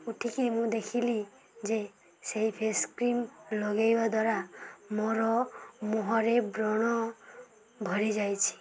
ଉଠିକି ମୁଁ ଦେଖିଲି ଯେ ସେହି ଫେସ୍ କ୍ରିମ୍ ଲଗାଇବା ଦ୍ୱାରା ମୋର ମୁହଁରେ ବ୍ରଣ ଭରିଯାଇଛି